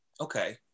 Okay